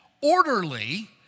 orderly